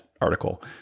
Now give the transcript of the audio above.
article